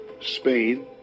Spain